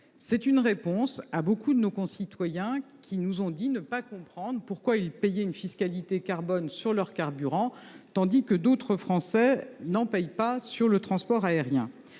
C'est une réponse apportée à nombre de nos concitoyens, qui nous ont expliqué ne pas comprendre pourquoi ils payaient une fiscalité carbone sur leur carburant tandis que d'autres Français n'en paient pas sur le transport aérien.